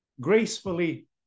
gracefully